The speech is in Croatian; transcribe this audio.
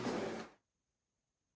Hvala vama